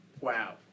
Wow